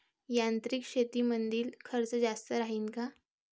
यांत्रिक शेतीमंदील खर्च जास्त राहीन का?